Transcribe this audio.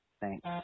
thanks